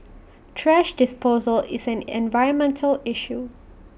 thrash disposal is an environmental issue